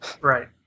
Right